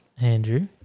Andrew